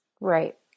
Right